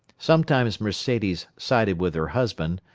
sometimes mercedes sided with her husband,